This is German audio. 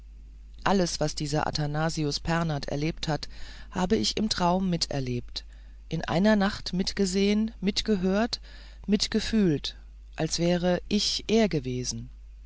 alles was dieser athanasius pernath erlebt hat habe ich im traum miterlebt in einer nacht mitgesehen mitgehört mitgefühlt als wäre ich er gewesen